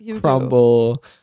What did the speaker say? Crumble